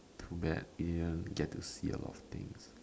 too bad you didn't get to see a lot of things